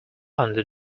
under